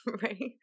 right